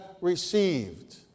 received